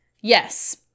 Yes